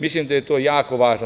Mislim da je to jako važno.